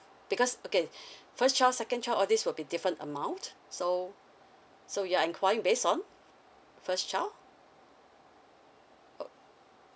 because okay first second child all these will be different amount so so you're enquiring based on first child oh